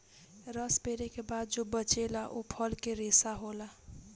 रस पेरे के बाद जो बचेला उ फल के रेशा होला